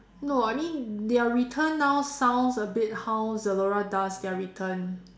no I mean their return now sounds a bit how Zalora does their returns